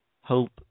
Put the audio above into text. hope